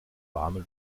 warme